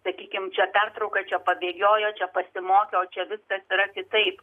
sakykim čia pertrauka čia pabėgiojo čia pasimokė o čia viskas yra kitaip